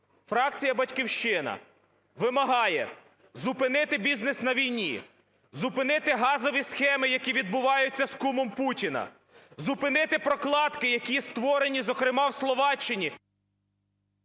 фракція "Батьківщина" вимагає зупинити бізнес на війні, зупинити газові схеми, які відбуваються з кумом Путіна. Зупинити прокладки, які створенні, зокрема в Словаччині.